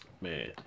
Man